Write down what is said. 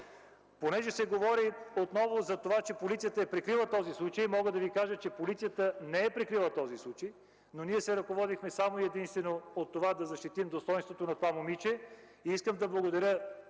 Понеже се говори отново за това, че полицията е прикрила този случай, мога да Ви кажа, че полицията не е прикрила този случай. Ние се ръководихме само и единствено от това да защитим достойнството на това момиче. Искам да благодаря